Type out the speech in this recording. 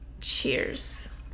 Cheers